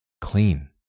clean